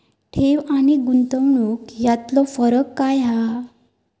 ठेव आनी गुंतवणूक यातलो फरक काय हा?